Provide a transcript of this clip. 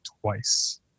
twice